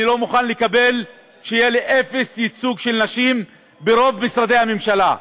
אני לא מוכן לקבל שיהיה לי אפס ייצוג של נשים ברוב משרדי הממשלה.